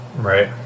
Right